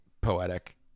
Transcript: poetic